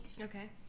Okay